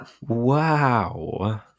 wow